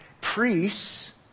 priests